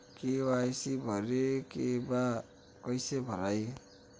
KYC भरे के बा कइसे भराई?